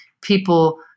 people